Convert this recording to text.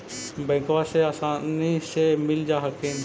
बैंकबा से आसानी मे मिल जा हखिन?